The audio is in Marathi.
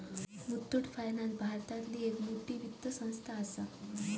मुथ्थुट फायनान्स भारतातली एक मोठी वित्त संस्था आसा